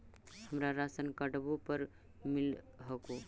हमरा राशनकार्डवो पर मिल हको?